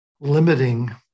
limiting